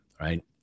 right